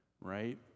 right